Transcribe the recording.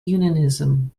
unionism